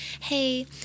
hey